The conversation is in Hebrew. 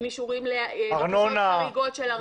עם חריגות של ארנונה.